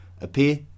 appear